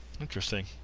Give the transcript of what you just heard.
Interesting